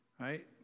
right